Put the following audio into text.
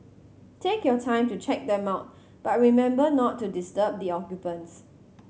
take your time to check them out but remember not to disturb the occupants